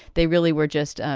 they really were just, ah